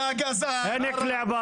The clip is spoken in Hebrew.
אתה גזען, אתה גזען.